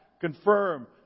confirm